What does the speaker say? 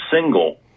single